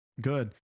good